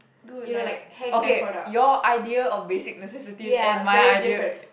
dude like okay your idea of basic necessities and my idea